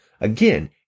Again